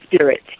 spirit